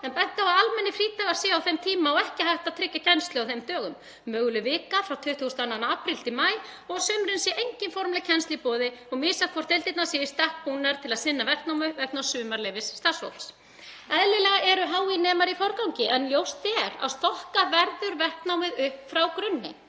bent á að almennir frídagar séu á þeim tíma og ekki hægt að tryggja kennslu á þeim dögum, mögulega viku frá 22. apríl til maí, og að á sumrin sé engin formleg kennsla í boði og misjafnt hvort deildirnar séu í stakk búnar til að sinna verknámi vegna sumarleyfis starfsfólks. Eðlilega eru HÍ nemar í forgangi en ljóst er að stokka verður verknámið upp frá grunni.